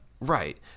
Right